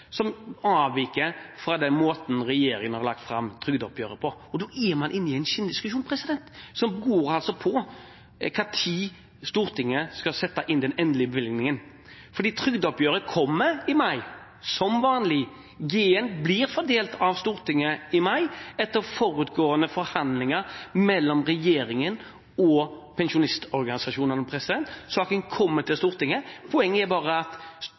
som avviker fra den måten regjeringen har lagt fram trygdeoppgjøret på. Da er man inne i en skinndiskusjon som går på når Stortinget skal sette inn den endelige bevilgningen. Trygdeoppgjøret kommer i mai, som vanlig. G-en blir fordelt av Stortinget i mai etter forutgående forhandlinger mellom regjeringen og pensjonistorganisasjonene. Saken kommer til Stortinget. Poenget er bare at